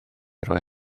roi